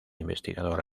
investigador